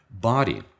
body